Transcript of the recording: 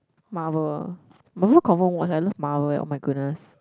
Marvel ah Marvel confirm watch I love Marvel [oh]-my-goodness